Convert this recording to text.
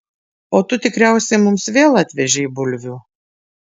o tu tikriausiai mums vėl atvežei bulvių